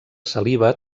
saliva